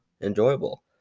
enjoyable